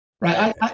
right